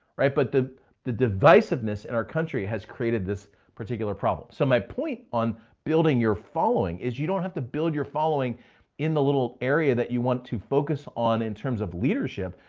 right? but the the divisiveness in our country has created this particular problem. so my point on building your following is you don't have to build your following in the little area that you want to focus on in terms of leadership.